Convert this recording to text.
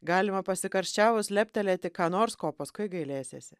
galima pasikarščiavus leptelėti ką nors ko paskui gailėsiesi